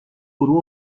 فرو